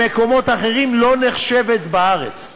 במקומות אחרים, לא נחשבת בארץ.